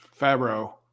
Fabro